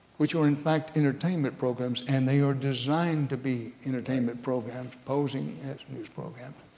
which are in fact entertainment programs and they are designed to be entertainment programs posing as news programs.